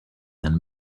send